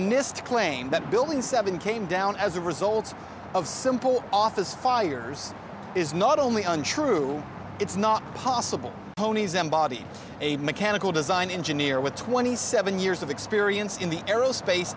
nist claim that building seven came down as a result of simple office fires is not only untrue it's not possible pony's embodies a mechanical design engineer with twenty seven years of experience in the aerospace